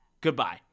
goodbye